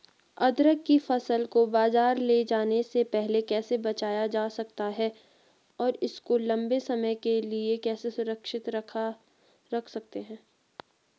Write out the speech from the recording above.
अदरक की फसल को बाज़ार ले जाने से पहले कैसे बचाया जा सकता है और इसको लंबे समय के लिए कैसे सुरक्षित रख सकते हैं?